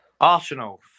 Arsenal